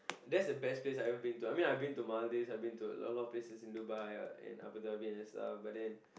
that's the best place I've ever been to I mean I been to Maldives I been to a lot of places in Dubai and Abu-Dhabi and stuff but then